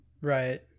Right